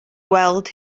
gweld